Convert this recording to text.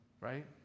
Right